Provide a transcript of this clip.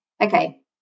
okay